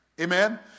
Amen